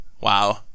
wow